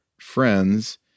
friends